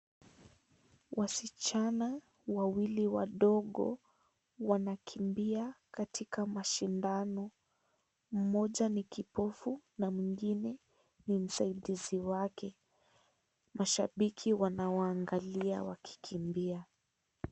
wasichana wawili wadogo, wanakimbia katika mashindano. Mmoja ni kipofu na mwingine ni msaidizi wake. Mashabiki wanawaangalia wakikimbia.